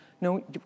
No